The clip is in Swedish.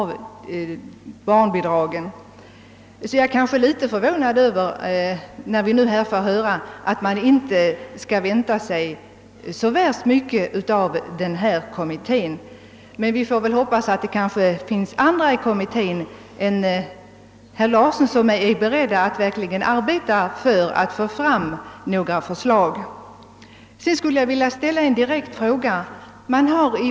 Jag är litet förvånad över att höra att vi inte skall vänta oss för mycket av familjepolitiska kommitténs arbete, och jag hoppas bara att det finns andra ledamöter i kommittén än herr Larsson 1 Borrby, som är beredda att arbeta för att få fram förslag på detta område.